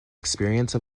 experience